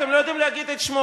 אתם לא יודעים להגיד את שמו,